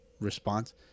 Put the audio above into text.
response